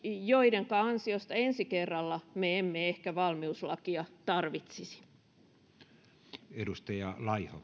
joidenka ansiosta ensi kerralla me emme ehkä valmiuslakia tarvitsisi arvoisa